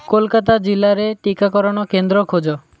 କୋଲକାତା ଜିଲ୍ଲାରେ ଟିକାକରଣ କେନ୍ଦ୍ର ଖୋଜ